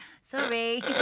sorry